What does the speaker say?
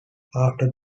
after